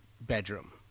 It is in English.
bedroom